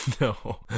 no